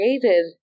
created